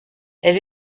elle